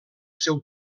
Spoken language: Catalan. seu